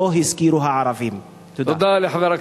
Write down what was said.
ולפי פרויד זה